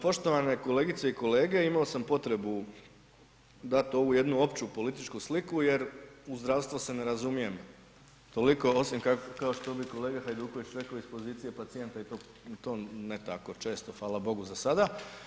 Poštovane kolegice i kolege, imao sam potrebu dati ovu jednu opću politički sliku jer u zdravstvo se ne razumijem toliko osim, kao što bi kolega Hajduković rekao iz pozicije pacijenta, i to ne tako često, hvala Bogu za sada.